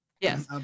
Yes